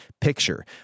picture